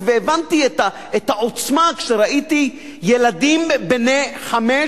והבנתי את העוצמה כשראיתי ילדים בני חמש